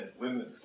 women